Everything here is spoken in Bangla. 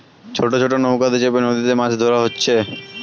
ছোট ছোট নৌকাতে চেপে নদীতে যে মাছ ধোরা হচ্ছে